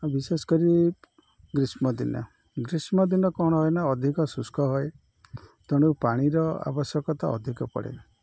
ଆଉ ବିଶେଷ କରି ଗ୍ରୀଷ୍ମ ଦିନ ଗ୍ରୀଷ୍ମ ଦିନ କ'ଣ ହୁଏନା ଅଧିକ ଶୁଷ୍କ ହୁଏ ତେଣୁ ପାଣିର ଆବଶ୍ୟକତା ଅଧିକ ପଡ଼େ